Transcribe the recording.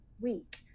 week